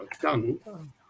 done